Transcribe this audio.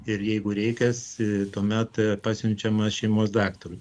ir jeigu reikias tuomet pasiunčiamas šeimos daktarui